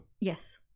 Yes